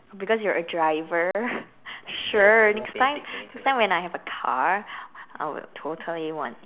because you're a driver sure next time next time when I have a car I would totally want